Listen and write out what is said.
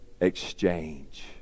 exchange